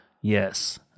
Yes